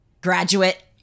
graduate